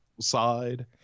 side